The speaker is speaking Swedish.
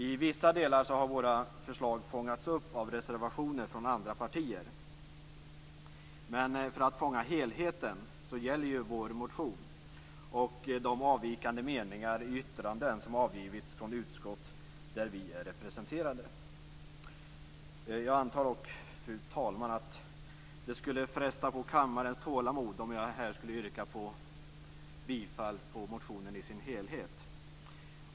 I vissa delar har våra förslag fångats upp av reservationer från andra partier men för att fånga helheten gäller vår motion och de avvikande meningar i yttranden som avgetts från utskott där vi är representerade. Jag antar dock, fru talman, att det skulle fresta på kammarens tålamod om jag här yrkade bifall till motionen i dess helhet.